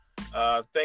thank